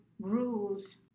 rules